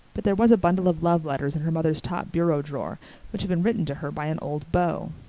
but there was bundle of love letters in her mother's top bureau drawer which had been written to her by an old beau.